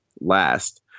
last